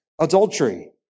adultery